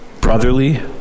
brotherly